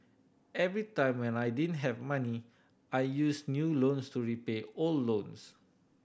every time when I didn't have money I used new loans to repay old loans